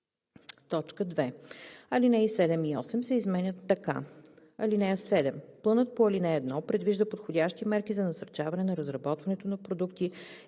2. Алинеи 7 и 8 се изменят така: „(7) Планът по ал. 1 предвижда подходящи мерки за насърчаване на разработването на продукти